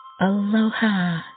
Aloha